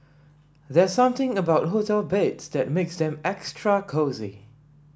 there's something about hotel beds that makes them extra cosy